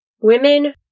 women